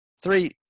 three